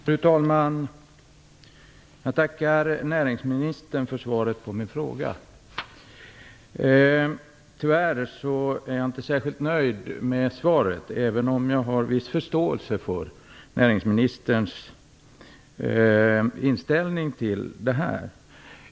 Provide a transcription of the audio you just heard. Fru talman! Jag tackar näringsministern för svaret på min fråga. Tyvärr är jag inte särskilt nöjd med svaret, även om jag har viss förståelse för näringsministerns inställning i frågan.